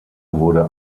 wurde